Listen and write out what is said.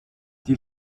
die